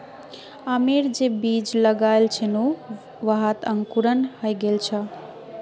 आमेर जे बीज लगाल छिनु वहात अंकुरण हइ गेल छ